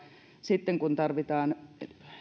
sitten kun tarvitaan nimenomaan